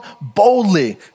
boldly